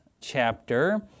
chapter